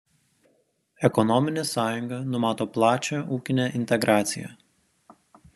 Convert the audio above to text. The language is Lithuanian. ekonominė sąjunga numato plačią ūkinę integraciją